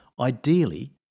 Ideally